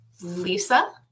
lisa